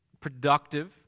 productive